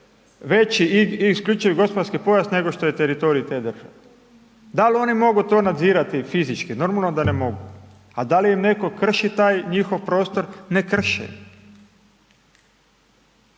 veći isključivi gospodarski pojas nego što je teritorij te države. Da li oni to mogu nadzirati fizički, normalno da ne mogu, a da li im netko krši taj njihov prostor, ne krši